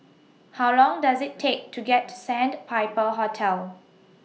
How Long Does IT Take to get to Sandpiper Hotel